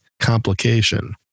complication